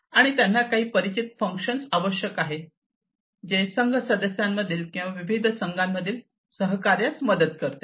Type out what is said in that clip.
आणि त्यांना काही परिचित फंक्शन आवश्यक आहे जे संघ सदस्यांमधील किंवा विविध संघांमधील सहकार्यात मदत करते